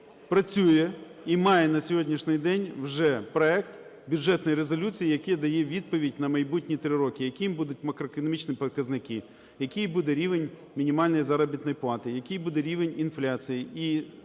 працює і має на сьогоднішній день вже проект Бюджетної резолюції, який дає відповідь на майбутні три роки, якими будуть макроекономічні показники, який буде рівень мінімальної заробітної плати, який буде рівень інфляції. І таким